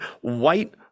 white